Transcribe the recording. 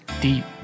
Deep